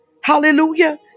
hallelujah